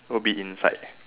will be inside